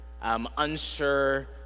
Unsure